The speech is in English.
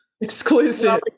Exclusive